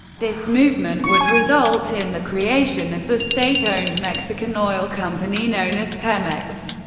this movement would result in the creation of the state-owned mexican oil company known as pemex.